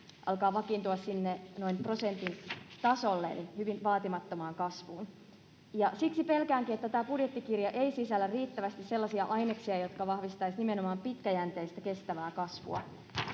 alkaa vakiintua sinne noin prosentin tasolle, eli hyvin vaatimattomaan kasvuun. Ja siksi pelkäänkin, että tämä budjettikirja ei sisällä riittävästi sellaisia aineksia, jotka vahvistaisivat nimenomaan pitkäjänteistä kestävää kasvua.